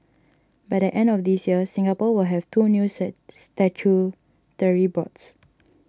by the end of this year Singapore will have two new set statutory boards